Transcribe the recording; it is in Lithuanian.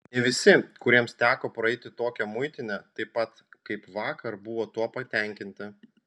ne visi kuriems teko praeiti tokią muitinę taip pat kaip vakar buvo tuo patenkinti